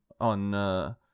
on